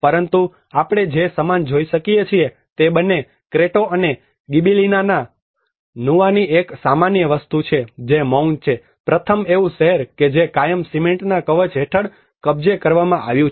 પરંતુ આપણે જે સમાન જોઈ શકીએ છીએ તે બંને ક્રેટો અને ગિબિલીના નુવાની એક સામાન્ય વસ્તુ છે જે મૌન છે પ્રથમ એવું શહેર છે કે જે કાયમ સિમેન્ટના કવચ હેઠળ કબજે કરવામાં આવ્યું છે